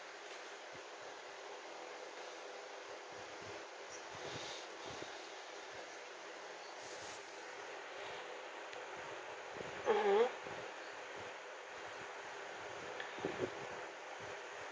mmhmm